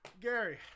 Gary